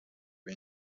are